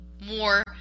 more